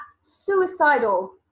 suicidal